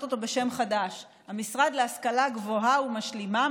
אותו בשם חדש: המשרד להשכלה גבוהה ומשלימה,